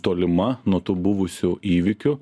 tolima nuo tų buvusių įvykių